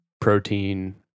protein